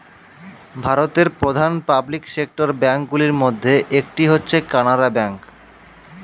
ভারতের প্রধান public sector bank গুলির মধ্যে একটি হচ্ছে কানারা ব্যাঙ্ক